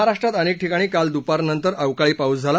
महाराष्ट्रात अनेक ठिकाणी काल दुपारनंतर अवकाळी पाऊस झाला